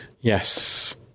Yes